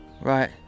right